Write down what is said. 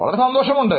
വളരെ സന്തോഷമുണ്ട്